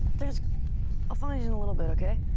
there's i'll find you in a little bit, okay?